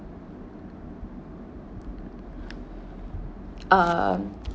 uh